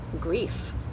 grief